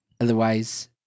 Otherwise